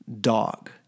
dog